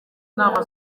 inama